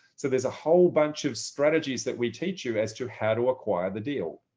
so there's a whole bunch of strategies that we teach you as to how to acquire the deal.